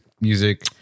Music